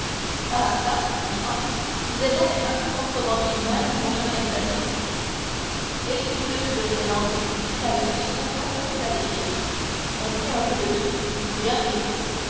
ah çà dit franz vous êtes donc un peu contrebandier vous-même mon cher gaetano eh que voulez-vous excellence dit-il avec un sourire impossible à décrire on fait un peu de tout il faut bien vivre